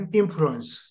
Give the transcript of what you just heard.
influence